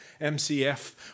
MCF